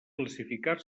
classificar